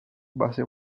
base